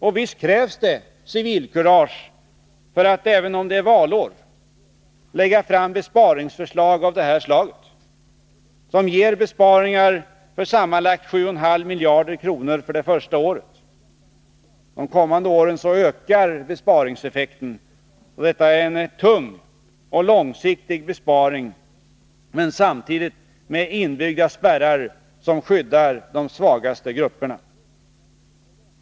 Och visst krävs det civilkurage för att, även om det är valår, lägga fram besparingsförslag av det här slaget, som ger besparingar för sammanlagt 7,5 miljarder kronor för det första året. De kommande åren ökar besparingseffekten, så detta är en tung och långsiktig besparing, men samtidigt med inbyggda spärrar som skyddar de svagaste grupperna.